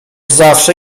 zawsze